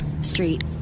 Street